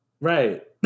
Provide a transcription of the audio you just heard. Right